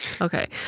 Okay